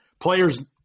Players